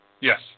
Yes